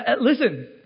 Listen